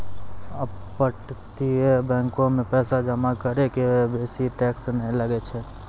अपतटीय बैंको मे पैसा जमा करै के बेसी टैक्स नै लागै छै